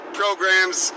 programs